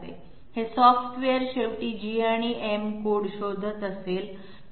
हे सॉफ्टवेअर शेवटी G आणि M कोड शोधत असेल